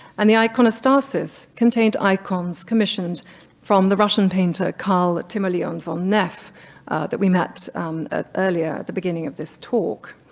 and the iconostasis contained icons commissioned from the russian painter carl timoleon von neff that we met ah earlier at the beginning of this talk.